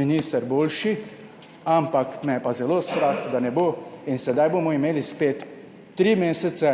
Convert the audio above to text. minister boljši ampak me je pa zelo strah da ne bo in sedaj bomo imeli spet tri mesece